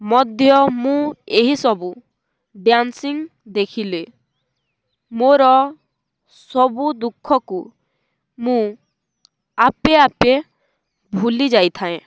ମଧ୍ୟ ମୁଁ ଏହିସବୁ ଡ୍ୟାନ୍ସିଂ ଦେଖିଲେ ମୋର ସବୁ ଦୁଃଖକୁ ମୁଁ ଆପେଆପେ ଭୁଲି ଯାଇଥାଏ